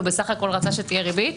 הוא בסך הכול רצה שתהיה ריבית